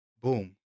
boom